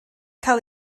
cael